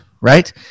right